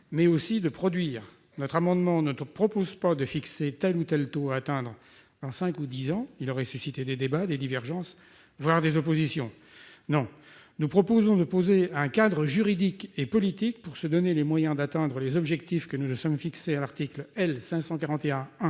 mais aussi de produire. Par cet amendement, nous ne proposons pas de fixer tel ou tel taux à atteindre dans cinq ou dix ans, ce qui aurait suscité des débats, des divergences, voire des oppositions. Nous proposons de poser un cadre juridique et politique pour se donner les moyens d'atteindre les objectifs que nous nous sommes fixés à l'article L. 541-1